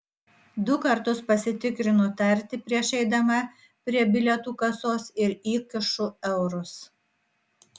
du kartus pasitikrinu tartį prieš eidama prie bilietų kasos ir įkišu eurus